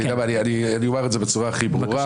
אני אומר את זה בצורה הכי ברורה